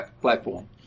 platform